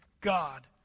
God